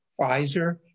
Pfizer